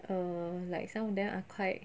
err like some of them are quite